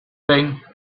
thing